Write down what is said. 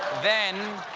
then